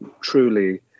truly